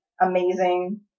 amazing